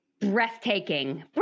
breathtaking